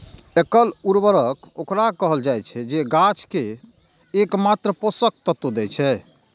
एकल उर्वरक ओकरा कहल जाइ छै, जे गाछ कें एकमात्र पोषक तत्व दै छै